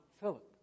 Philip